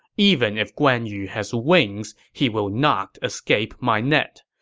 even if guan yu has wings, he will not escape my net.